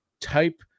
type